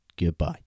goodbye